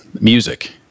music